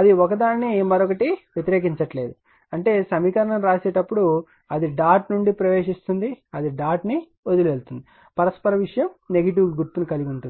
అది ఒకదానిని మరొకటి వ్యతిరేకించడం లేదు అంటే సమీకరణాన్ని వ్రాసేటప్పుడు అది డాట్ నుండి ప్రవేశిస్తుంది అది డాట్ ను వదిలి వెళ్తుంది పరస్పర విషయం నెగిటివ్ సంకేతం కలిగి ఉంటుంది